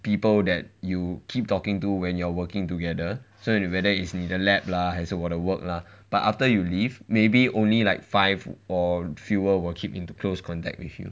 people that you keep talking to when you're working together whether 是你的 lab lah 还是我的 work lah but after you leave maybe only like five or fewer will keep in close contact with you